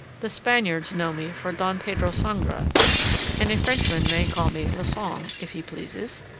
the spaniards know me for don pedro sangre and a frenchman may call me le sang if he pleases.